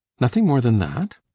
nothing more than that!